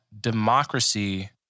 democracy